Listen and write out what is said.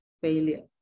failure